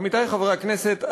עמיתי חברי הכנסת,